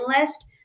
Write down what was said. list